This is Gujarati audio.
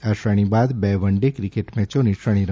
આ શ્રેણી બાદ બે વન ડે ક્રિકેટ મેચોની શ્રેણી રમાશે